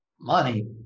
money